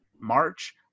March